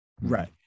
right